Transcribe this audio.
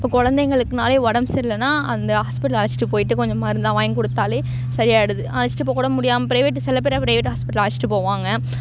இப்போ கொழந்தைகளுக்குனாலே உடம்பு சரியில்லைனா அந்த ஹாஸ்பிட்டல் அழைச்சிட்டு போயிட்டு கொஞ்சம் மருந்தெல்லாம் வாங்கி கொடுத்தாலே சரியாகிடுது அழைச்சிட்டு போக கூட முடியாமல் ப்ரைவேட்டுக்கு சில பேர் ப்ரைவேட் ஹாஸ்பிட்டல் அழைச்சிட்டு போவாங்க